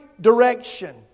direction